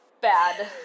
bad